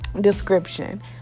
Description